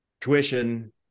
tuition